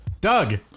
Doug